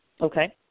Okay